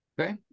Okay